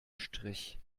strich